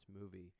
movie